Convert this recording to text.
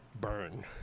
burn